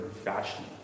fashion